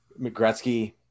mcgretzky